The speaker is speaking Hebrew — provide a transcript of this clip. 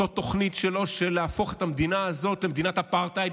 אותה תוכנית שלו להפוך את המדינה הזאת למדינת אפרטהייד,